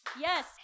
yes